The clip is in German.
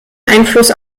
einfluss